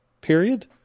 period